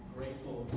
grateful